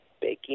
Baking